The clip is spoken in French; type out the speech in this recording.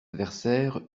adversaire